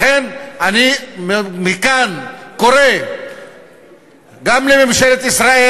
לכן אני מכאן קורא גם לממשלת ישראל,